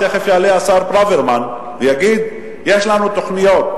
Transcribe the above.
תיכף יעלה השר ברוורמן ויגיד: יש לנו תוכניות,